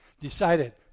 decided